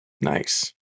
Nice